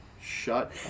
shut